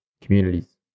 communities